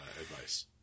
advice